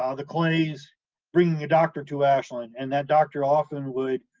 ah the clays bringing a doctor to ashland and that doctor often would,